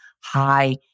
high